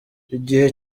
igihe